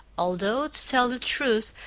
although, to tell the truth,